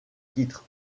titre